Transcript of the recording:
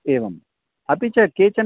एवं अपि च केचन्